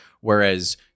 Whereas